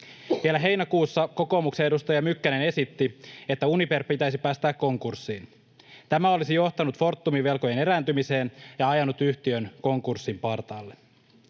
heinäkuussa kokoomuksen edustaja Mykkänen esitti, että Uniper pitäisi päästää konkurssiin. Tämä olisi johtanut Fortumin velkojen erääntymiseen ja ajanut yhtiön konkurssin partaalle.